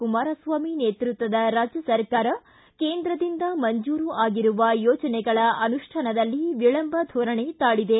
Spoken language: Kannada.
ಕುಮಾರಸ್ವಾಮಿ ನೇತೃತ್ವದ ರಾಜ್ಯ ಸರ್ಕಾರ ಕೇಂದ್ರದಿಂದ ಮಂಜೂರು ಆಗಿರುವ ಯೋಜನೆಗಳ ಅನುಷ್ಠಾನದಲ್ಲಿ ವಿಳಂಬ ಧೋರಣೆ ತಾಳದೆ